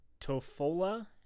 Tofola